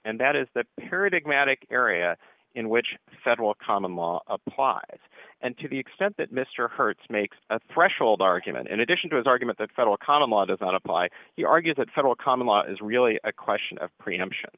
matic area in which federal common law applies and to the extent that mr hertz makes a threshold argument in addition to his argument that federal condom law does not apply he argues that federal common law is really a question of preemption